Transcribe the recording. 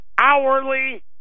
hourly